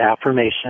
affirmation